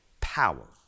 power